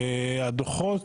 הדו"חות,